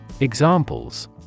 Examples